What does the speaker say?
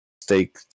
steak